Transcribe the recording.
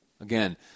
Again